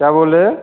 क्या बोले